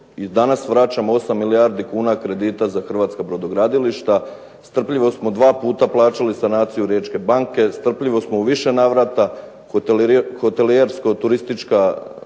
danas vraćamo 8 milijardi kuna kredita za hrvatska brodogradilišta, strpljivo smo dva puta plaćali sanaciju Riječke banke, strpljivo smo u više navrata hotelijersko-turistička